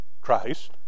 Christ